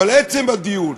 אבל עצם הדיון,